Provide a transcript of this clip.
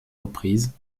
reprises